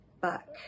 back